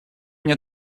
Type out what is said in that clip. мне